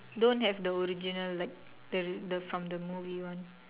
don't have the original like the from the movie one